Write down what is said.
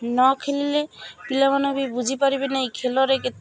ନ ଖେଲିଲେ ପିଲାମାନେ ବି ବୁଝିପାରିବେ ନାହିଁ ଖେଲରେ କେତେ